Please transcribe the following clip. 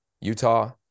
Utah